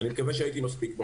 אני מקווה שהייתי מספיק ברור.